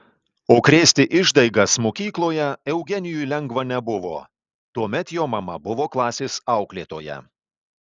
o krėsti išdaigas mokykloje eugenijui lengva nebuvo tuomet jo mama buvo klasės auklėtoja